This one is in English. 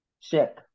Check